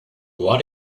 what